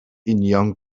union